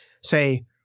say